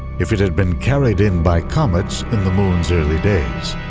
if it had been carried in by comets in the moon's early days.